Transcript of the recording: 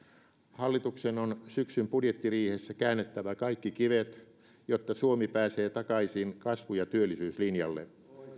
hallituksen on syksyn budjettiriihessä käännettävä kaikki kivet jotta suomi pääsee takaisin kasvu ja työllisyyslinjalle